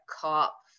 cop